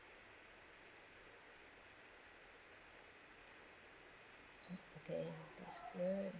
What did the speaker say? \okay that's good